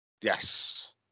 Yes